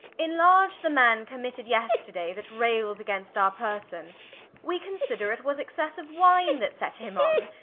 inlarge the man committed yesterday, that rayl'd against our person we consider it was excesse of wine that set him on,